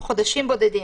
תוך חודשים בודדים.